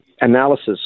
analysis